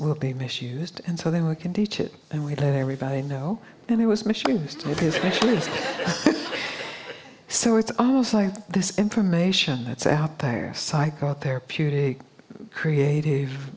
will be misused and so they were can teach it and we let everybody know that it was misused it is so it's almost like this information that's out there psychotherapeutic creative